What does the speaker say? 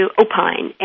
opine